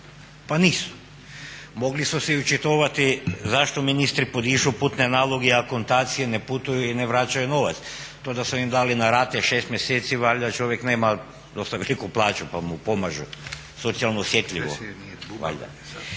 pa nisu. Mogli su se i očitovati zašto ministri podižu putne naloge i akontacije, ne putuju i ne vraćaju novac. To da su im dali na rate 6 mjeseci valjda čovjek nema dosta veliku plaća pa mu pomažu, socijalno osjetljivo, valjda.